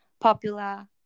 popular